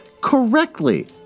correctly